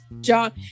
John